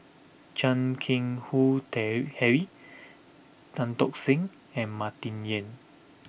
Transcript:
Chan Keng Howe tale Harry Tan Tock Seng and Martin Yan